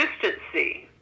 consistency